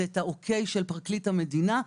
זה את האישור של פרקליט המדינה,